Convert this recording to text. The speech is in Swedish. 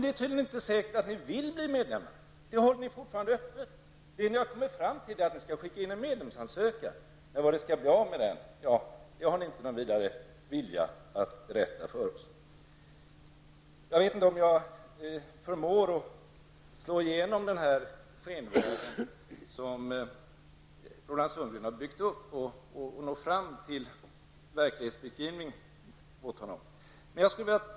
Det är tydligen inte säkert att ni vill bli medlemmar, eftersom ni fortfarande håller det öppet. Vad ni har kommit fram till är att ni skall skicka in en medlemsansökan, men vad det skall bli med den, det har ni ingen särskild vilja att berätta för oss. Jag vet inte om jag förmår att slå igenom den skönmålning som Roland Sundgren har gjort och nå fram till en verklighetsbeskrivning åt honom.